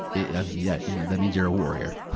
yeah yeah yeah, that means you're a warrior.